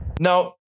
Now